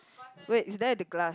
wait is there the glass